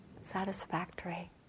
satisfactory